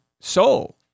soul